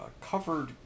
covered